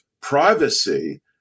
privacy